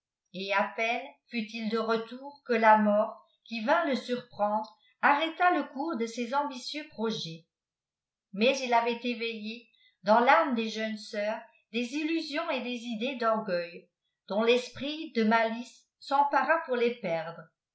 et à peine fut-il de retour que la mort qui vint le surprendre arrêta le cours de ses ambitieux projets mais il avait éveillé dans tàme des jeunes sœurs des illusions et des idées d'orgueil dont l'esprit de malice s'empara pour les perdre